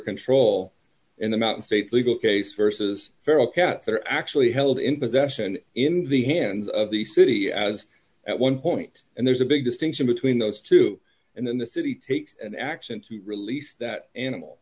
control in the mountain states legal case versus feral cats that are actually held in possession in the hands of the city as at one point and there's a big distinction between those two and then the city takes an action to release that animal